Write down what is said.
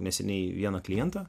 neseniai vieną klientą